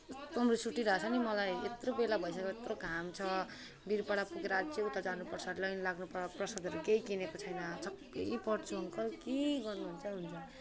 एकदम रिस उठिरहेको छ नि मलाई यत्रो बेला भइसक्यो यत्रो घाम छ वीरपाडा पुगेर अझै उता जानुपर्छ लाइन लाग्नुपर्छ प्रसादहरू केही किनेको छैन छक्कै पर्छु अङ्कल के गर्नुहुन्छ हुन्छ